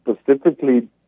specifically